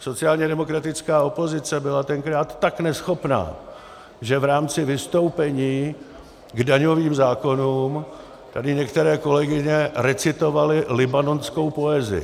Sociálně demokratická opozice byla tenkrát tak neschopná, že v rámci vystoupení k daňovým zákonům tady některé kolegyně recitovaly libanonskou poezii.